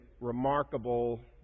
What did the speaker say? remarkable